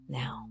now